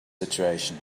situation